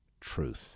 truth